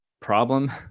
problem